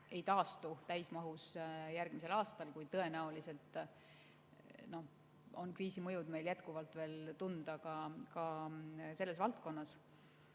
ei taastu täismahus ka järgmisel aastal, kui tõenäoliselt on kriisi mõjud jätkuvalt tunda selleski valdkonnas.